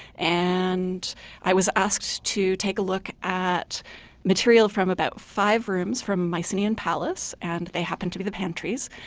and i was asked to take a look at material from about five rooms from mycenaean palace. and they happened to be the pantries,